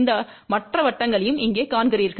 இந்த மற்ற வட்டங்களையும் இங்கே காண்கிறீர்கள்